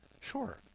Sure